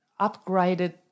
upgraded